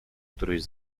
któryś